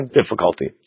difficulty